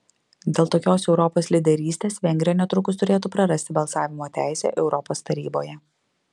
dėl tokios europos lyderystės vengrija netrukus turėtų prarasti balsavimo teisę europos taryboje